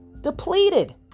depleted